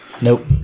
Nope